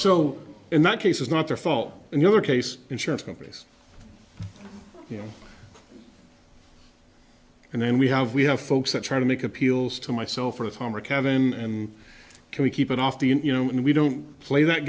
so in that case is not their fault and the other case insurance companies you know and then we have we have folks that try to make appeals to myself or tom or kevin can we keep it off the you know and we don't play that